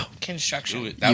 construction